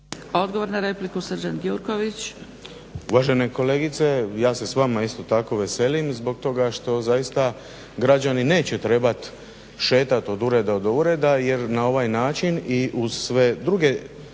Odgovor na repliku Srđan Gjurković.